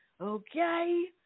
okay